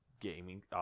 gaming